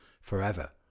forever